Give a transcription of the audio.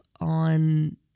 on